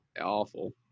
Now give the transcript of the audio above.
awful